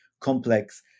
complex